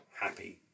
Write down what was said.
happy